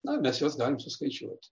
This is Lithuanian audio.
na mes juos galim suskaičiuoti